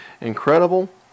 incredible